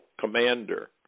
commander